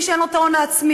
מי שאין לו ההון העצמי,